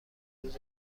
روز